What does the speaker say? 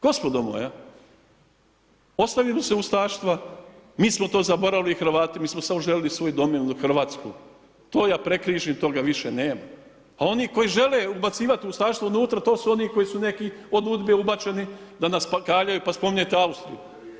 Gospodo moja, ostavimo se ustaštva, mi smo to zaboravili Hrvati, mi smo samo želili svoju domilnu Hrvatsku to ja prekrižim toga više nema, a oni koji žele ubacivat ustaštvo unutra to su oni koji su neki od UDBe ubačeni da nas kaljaju, pa spominjete Austriju.